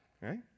right